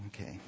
okay